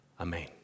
Amen